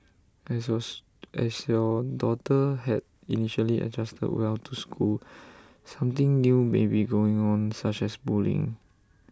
as yours as your daughter had initially adjusted well to school something new may be going on such as bullying